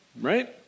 right